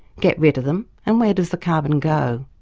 get rid of them and where does the carbon go?